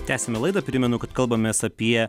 tęsiame laidą primenu kad kalbamės apie